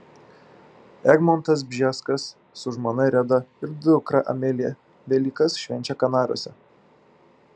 egmontas bžeskas su žmona reda ir dukra amelija velykas švenčia kanaruose